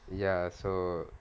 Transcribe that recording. ya so